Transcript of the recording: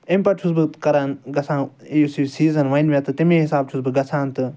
امہ پَتہٕ چھُس بہٕ کَران گَژھان یُس یہِ سیٖزَن وَنہِ مےٚ تہٕ امے حِساب چھُس بہٕ گَژھان تہٕ